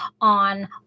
on